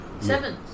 Seven